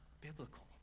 biblical